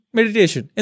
meditation